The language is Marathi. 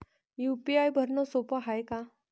यू.पी.आय भरनं सोप हाय का?